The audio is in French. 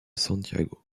santiago